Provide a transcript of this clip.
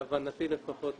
להבנתי לפחות,